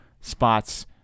spots